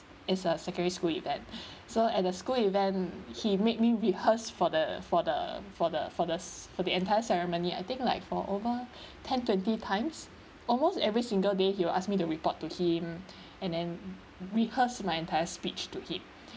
it's a secondary school event so at the school event he made me rehearse for the for the for the for the for the entire ceremony I think like for over ten twenty times almost every single day he will ask me to report to him and then rehearse my entire speech to him